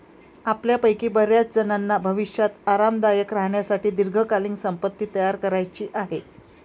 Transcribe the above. आपल्यापैकी बर्याचजणांना भविष्यात आरामदायक राहण्यासाठी दीर्घकालीन संपत्ती तयार करायची आहे